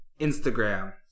Instagram